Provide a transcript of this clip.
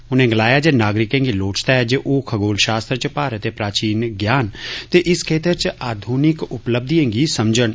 उनें गलाया जे नागरिकें गी लोड़चदा ऐ जे ओह् खगोल शास्त्र च भारत दे प्राचीन ज्ञान ते इस क्षेत्र च आधुनिक उपलब्धियें गी समझन